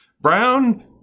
Brown